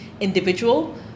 individual